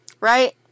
Right